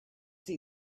see